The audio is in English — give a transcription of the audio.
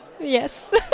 yes